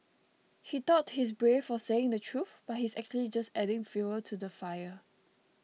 he thought he's brave for saying the truth but he's actually just adding fuel to the fire